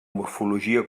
morfologia